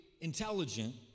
intelligent